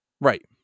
Right